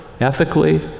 ethically